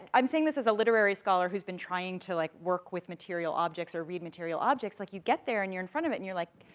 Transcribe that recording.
i'm saying this as a literary scholar who's been trying to, like work with material objects, or read material objects, like you get there, and you're in front of it, and you're like,